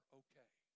okay